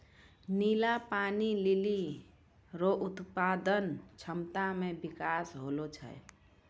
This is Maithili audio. नीला पानी लीली रो उत्पादन क्षमता मे बिकास होलो छै